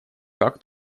как